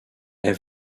est